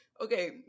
Okay